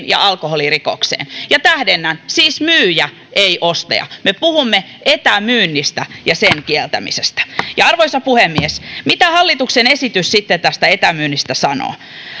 ja alkoholirikokseen ja tähdennän siis myyjä ei ostaja me puhumme etämyynnistä ja sen kieltämisestä arvoisa puhemies mitä hallituksen esitys sitten tästä etämyynnistä sanoo